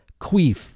Queef